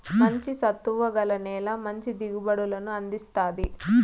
మంచి సత్తువ గల నేల మంచి దిగుబడులను అందిస్తాది